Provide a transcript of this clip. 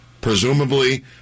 presumably